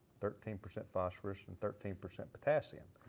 thirteen percent phosphorous and thirteen percent potassium.